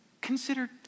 Consider